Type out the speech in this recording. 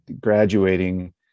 graduating